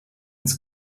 ins